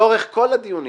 לאורך כל הדיונים,